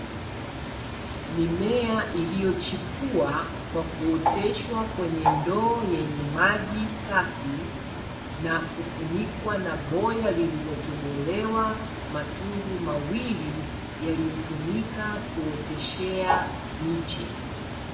Mimea iliyochipua kwa kuoteshwa kwenye ndoo yenye maji safi, na kufunikwa na boya lilotobolewa matundu mawili yaliyotumika kuoteshea miche.